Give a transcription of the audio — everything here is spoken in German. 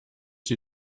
sie